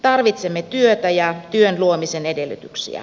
tarvitsemme työtä ja työn luomisen edellytyksiä